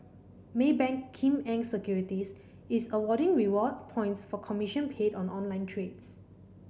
Maybank Kim Eng Securities is awarding reward points for commission paid on online trades